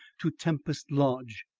to tempest lodge.